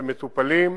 שמטופלים,